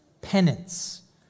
penance